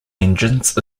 engines